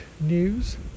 news